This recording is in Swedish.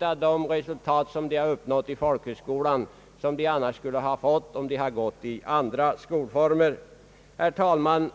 av de resultat de uppnått i folkhögskolan som de skulle ha fått om de hade gått i andra skolformer. Herr talman!